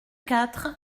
quatre